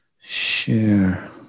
Share